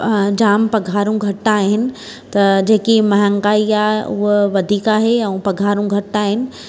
जाम पघारूं घटि आहिनि त जेकी महांगाई आहे उहा वधीक आहे ऐं पघारूं घटि आहिनि